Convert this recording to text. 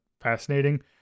fascinating